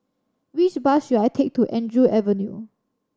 which bus should I take to Andrew Avenue